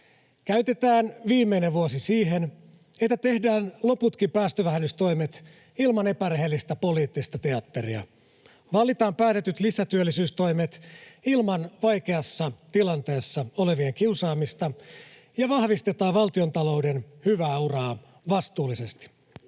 käytetään viimeinen vuosi siihen, että tehdään loputkin päästövähennystoimet ilman epärehellistä poliittista teatteria, valitaan päätetyt lisätyöllisyystoimet ilman vaikeassa tilanteessa olevien kiusaamista ja vahvistetaan valtiontalouden hyvää uraa vastuullisesti.